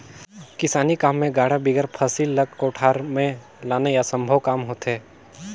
किसानी काम मे गाड़ा बिगर फसिल ल कोठार मे लनई असम्भो काम होथे